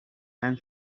and